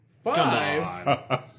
Five